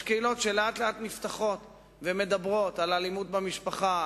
יש קהילות שלאט לאט נפתחות ומדברות על אלימות במשפחה,